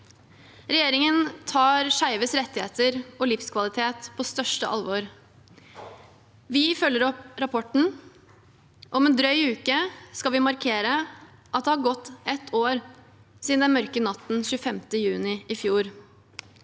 Regjeringen tar skeives rettigheter og livskvalitet på største alvor. Vi følger opp rapporten. Om en drøy uke skal vi markere at det har gått et år siden den mørke natten 25. juni i fjor.